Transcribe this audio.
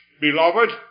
beloved